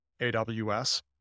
AWS